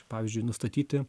pavyzdžiui nustatyti